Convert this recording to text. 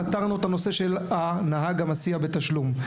פתרנו את הנושא של הנהג המסיע בתשלום.